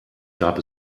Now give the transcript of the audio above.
gab